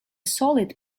solid